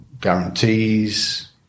guarantees